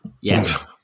Yes